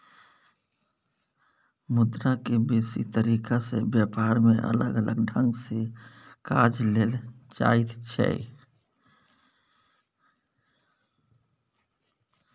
मुद्रा के बेसी तरीका से ब्यापार में अलग अलग ढंग से काज लेल जाइत छै